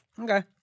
Okay